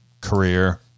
career